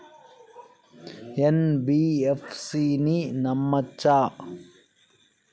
NBFC ని నమ్మచ్చా?